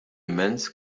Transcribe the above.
immense